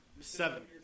Seven